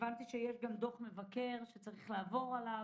הבנתי שיש גם דוח מבקר שצריך לעבור עליו,